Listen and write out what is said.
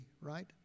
right